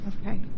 Okay